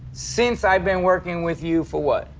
since i've been working with you for what?